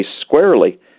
squarely